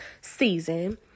season